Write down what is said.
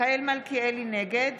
נגד